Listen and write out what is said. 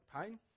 pain